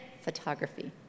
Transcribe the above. photography